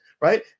Right